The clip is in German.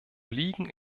liegen